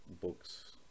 books